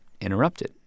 interrupted